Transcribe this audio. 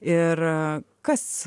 ir kas